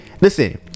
listen